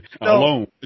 alone